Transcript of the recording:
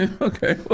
Okay